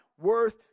worth